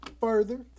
further